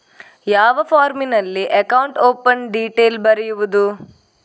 ಯಾವ ಫಾರ್ಮಿನಲ್ಲಿ account open detail ಬರೆಯುವುದು?